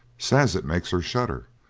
says it makes her shudder.